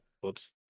Whoops